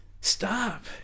Stop